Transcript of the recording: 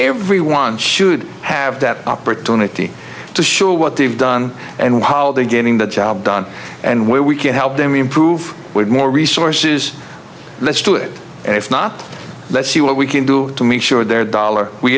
everyone should have that opportunity to show what they've done and while they're getting the job done and we can help them improve with more resources let's do it and if not let's see what we can do to make sure their dollar we